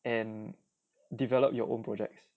and develop your own projects